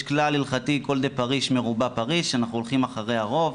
יש כלל הלכתי 'כל דפריש מרובא פריש' אנחנו הולכים אחרי הרוב,